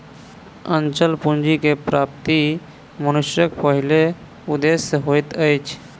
अचल पूंजी के प्राप्ति मनुष्यक पहिल उदेश्य होइत अछि